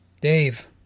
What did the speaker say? Dave